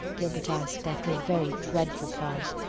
gilbert asked after a very dreadful pause,